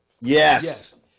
Yes